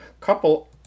couple